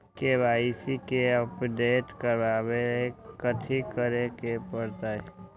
KYC के update करवावेला कथि करें के परतई?